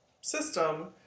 system